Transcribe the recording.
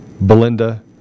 Belinda